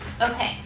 Okay